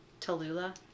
tallulah